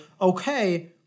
okay